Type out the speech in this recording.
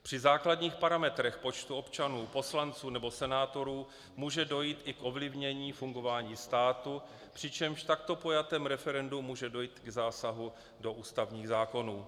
Při základních parametrech počtu občanů, poslanců nebo senátorů může dojít i k ovlivnění fungování státu, přičemž v takto pojatém referendu může dojít i k zásahu do ústavních zákonů.